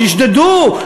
שישדדו,